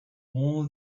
all